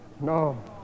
No